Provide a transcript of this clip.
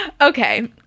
Okay